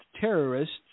terrorists